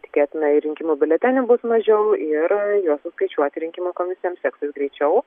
tikėtina ir rinkimų biuletenių bus mažiau ir juos suskaičiuoti rinkimų komisijoms seksis greičiau